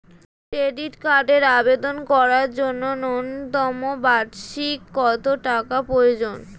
Credit কার্ডের আবেদন করার জন্য ন্যূনতম বার্ষিক কত টাকা প্রয়োজন?